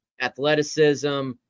athleticism